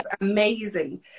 amazing